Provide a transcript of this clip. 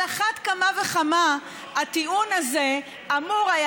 על אחת כמה וכמה הטיעון הזה אמור היה